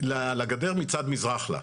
לגדר מצד מזרחה.